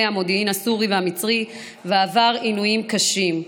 המודיעין הסורי והמצרי ועבר עינויים קשים.